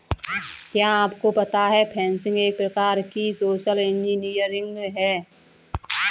क्या आपको पता है फ़िशिंग एक प्रकार की सोशल इंजीनियरिंग है?